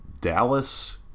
Dallas